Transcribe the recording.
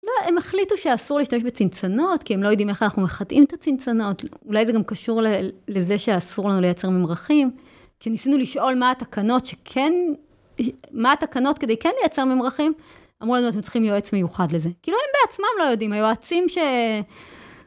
לא, הם החליטו שאסור להשתמש בצנצנות, כי הם לא יודעים איך אנחנו מחטאים את הצנצנות, אולי זה גם קשור לזה שאסור לנו לייצר ממרחים. כשניסינו לשאול מה התקנות שכן, מה התקנות כדי כן לייצר ממרחים, אמרו לנו, אתם צריכים יועץ מיוחד לזה. כאילו, הם בעצמם לא יודעים, היועצים ש...